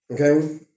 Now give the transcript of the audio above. Okay